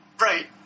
Right